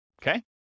okay